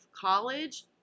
college